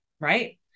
right